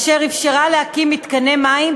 אשר אפשרה להקים מתקני מים,